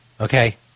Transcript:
Okay